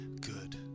good